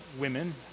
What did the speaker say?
women